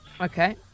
Okay